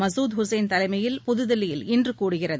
மசூத் உசைன் தலைமையில் புதுதில்லியில் இன்று கூடுகிறது